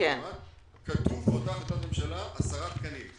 כתוב באותה החלטת ממשלה עשרה תקנים.